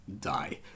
die